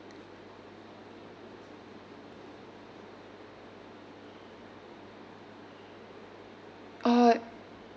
uh